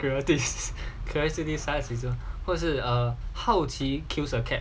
或者是好奇 kills a cat